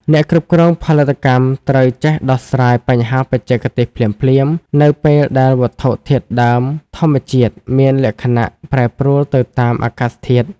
អ្នកគ្រប់គ្រងផលិតកម្មត្រូវចេះដោះស្រាយបញ្ហាបច្ចេកទេសភ្លាមៗ នៅពេលដែលវត្ថុធាតុដើមធម្មជាតិមានលក្ខណៈប្រែប្រួលទៅតាមអាកាសធាតុ។